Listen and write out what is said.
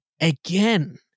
again